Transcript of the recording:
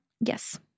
Yes